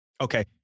Okay